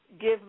give